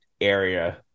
area